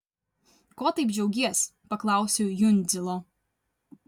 ko taip džiaugies paklausiau jundzilo